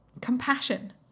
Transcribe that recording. compassion